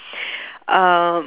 um